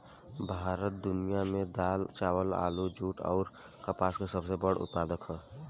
भारत दुनिया में दाल चावल दूध जूट आउर कपास के सबसे बड़ उत्पादक ह